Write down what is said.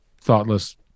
thoughtless